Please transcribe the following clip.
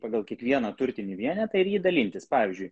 pagal kiekvieną turtinį vienetą ir jį dalintis pavyzdžiui